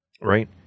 right